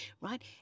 right